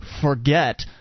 forget